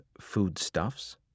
foodstuffs